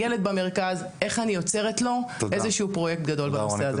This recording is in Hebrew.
ילד במרכז איך אני יוצרת לו פרויקט גדול בנושא הזה?